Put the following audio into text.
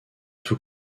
tout